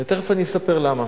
אני תיכף אספר למה.